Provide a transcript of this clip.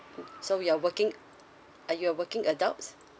mm so you're working are you a working adults